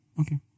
Okay